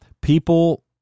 People